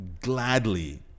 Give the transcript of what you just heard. gladly